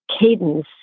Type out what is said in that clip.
cadence